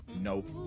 Nope